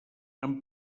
amb